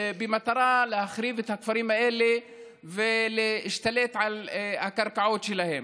במטרה להחריב את הכפרים האלה ולהשתלט על הקרקעות שלהם.